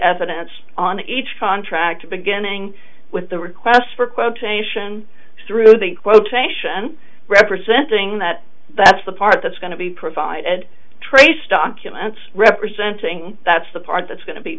evidence on each contract beginning with the requests for quotation through the quotation representing that that's the part that's going to be provided trace documents representing that's the part that's go